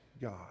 God